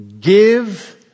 Give